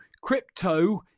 crypto